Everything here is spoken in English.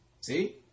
See